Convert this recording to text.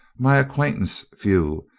my acquaintance few,